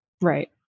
Right